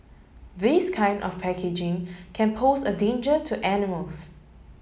this kind of packaging can pose a danger to animals